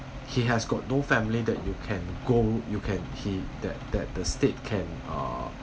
he has got no family that you can go you can he that that the state can uh